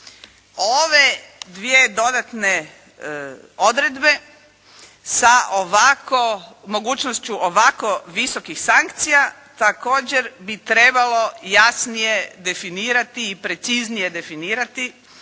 Ove dvije dodatne odredbe sa mogućnošću ovako visokih sankcija također bi trebalo jasnije definirati i preciznije definirati